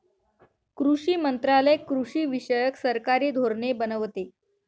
कृषी मंत्रालय कृषीविषयक सरकारी धोरणे बनवते